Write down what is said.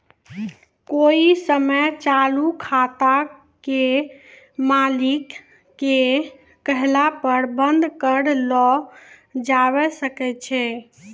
कोइ समय चालू खाते के मालिक के कहला पर बन्द कर लो जावै सकै छै